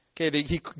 Okay